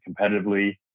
competitively